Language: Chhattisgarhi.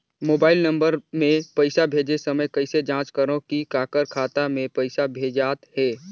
मोबाइल नम्बर मे पइसा भेजे समय कइसे जांच करव की काकर खाता मे पइसा भेजात हे?